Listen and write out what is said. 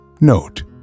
Note